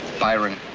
byron.